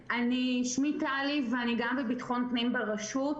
שמי טלי ואני גם בביטחון פנים ברשות.